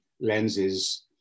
lenses